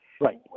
Right